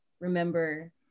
remember